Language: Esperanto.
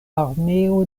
armeo